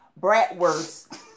Bratwurst